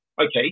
okay